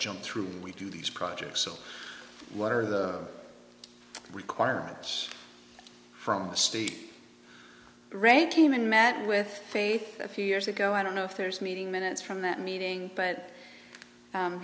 jump through we do these projects so what are the requirements from the state regime in matt with faith a few years ago i don't know if there's a meeting minutes from that meeting but